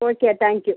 okay thank you